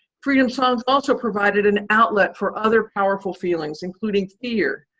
freedom songs also provided an outlet for other powerful feelings including fear,